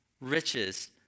riches